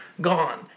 gone